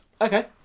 Okay